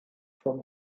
from